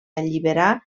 alliberar